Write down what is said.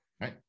Right